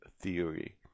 theory